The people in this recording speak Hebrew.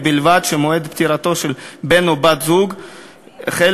ובלבד שמועד פטירתו של בן או בת הזוג חל